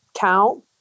count